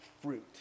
fruit